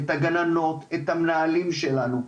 לגננות, למנהלים שלנו.